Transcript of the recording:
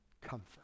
Comfort